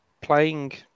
playing